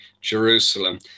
Jerusalem